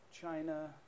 China